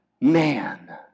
man